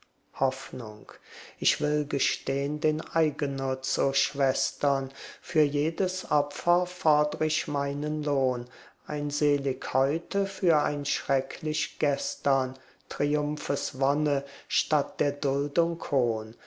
hoffnung ich will gestehn den eigennutz o schwestern für jedes opfer fordr ich meinen lohn ein selig heute für ein schrecklich gestern triumpheswonne statt der duldung hohn